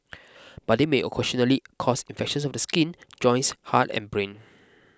but they may occasionally cause infections of the skin joints heart and brain